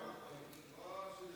גם החוק הזה